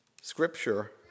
scripture